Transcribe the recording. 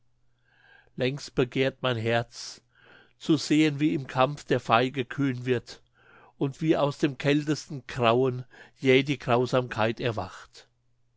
längst begehrt mein herz zu sehen wie im kampf der feige kühn wird und wie aus dem kältesten grauen jäh die grausamkeit erwacht